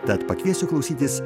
tad pakviesiu klausytis